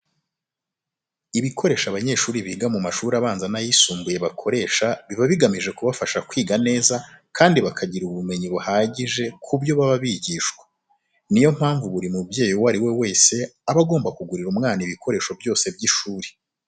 Ibikoresho abanyeshuri biga mu mashuri abanza n'ayisumbuye bakoresha biba bigamije kubafasha kwiga neza kandi bakagira ubumenyi buhagije ku byo baba bigishwa. Ni yo mpamvu buri mubyeyi uwo ari we wese aba agomba kugurira umwana ibikoresho byose by'ishuri.